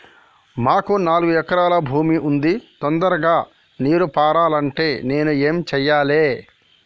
మాకు నాలుగు ఎకరాల భూమి ఉంది, తొందరగా నీరు పారాలంటే నేను ఏం చెయ్యాలే?